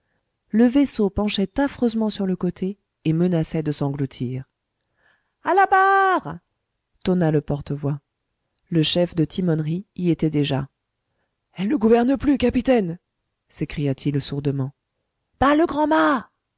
le vaisseau penchait affreusement sur le côté et menaçait de s'engloutir a la barre tonna le porte-voix le chef de timonerie y était déjà elle ne gouverne plus capitaine s'écria-t-il sourdement bas le grand mât